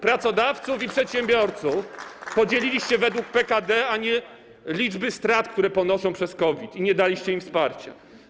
Pracodawców i przedsiębiorców podzieliliście według PKD, a nie według wielkości strat, które ponoszą przez COVID, i nie daliście im wsparcia.